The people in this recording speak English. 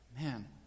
Man